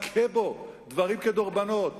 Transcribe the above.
מכה בו דברים כדרבונות